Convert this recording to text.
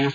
S